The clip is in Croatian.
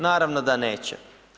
Naravno da neće.